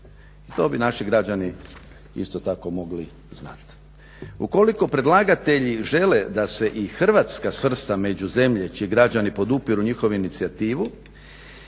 to bi naši građani isto tako mogli znat. Ukoliko predlagatelji žele da se i Hrvatska svrsta među zemlje čiji građani podupiru njihovu inicijativu,